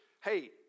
hey